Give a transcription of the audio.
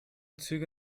züge